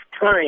time